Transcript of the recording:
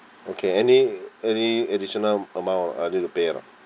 okay any any additional amount I need to pay or not